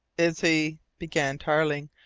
is he began tarling.